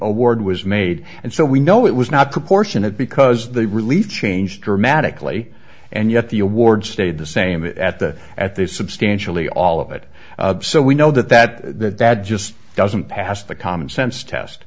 award was made and so we know it was not proportionate because the relief changed dramatically and yet the award stayed the same at the at the substantially all of it so we know that that that that just doesn't pass the common sense test